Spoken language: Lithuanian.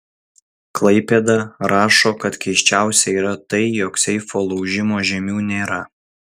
klaipėda rašo kad keisčiausia yra tai jog seifo laužimo žymių nėra